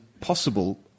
possible